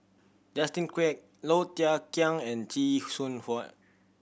Justin Quek Low Thia Khiang and Chee Soon Huan